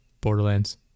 Borderlands